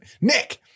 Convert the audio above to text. Nick